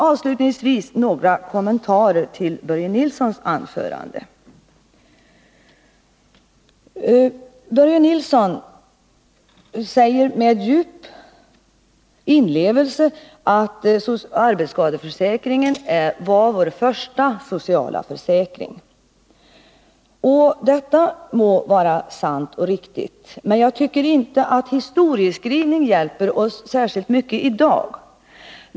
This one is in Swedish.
Avslutningsvis några kommentarer till Börje Nilssons anförande. Börje Nilsson säger med djup inlevelse att arbetsskadeförsäkringen var vår första sociala försäkring. Detta må vara sant och riktigt, men jag tycker inte att historieskrivning hjälper oss särskilt mycket i dag.